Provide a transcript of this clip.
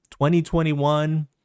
2021